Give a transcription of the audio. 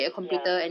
ya